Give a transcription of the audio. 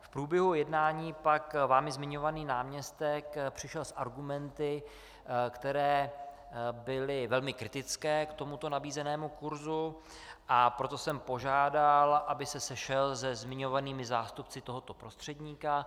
V průběhu jednání pak vámi zmiňovaný náměstek přišel s argumenty, které byly velmi kritické k tomuto nabízenému kurzu, a proto jsem požádal, aby se sešel se zmiňovanými zástupci tohoto prostředníka.